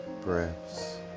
breaths